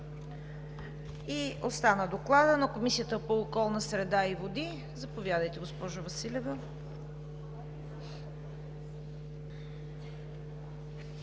Остана Докладът на Комисията по околната среда и водите. Заповядайте, госпожо Василева.